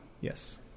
Yes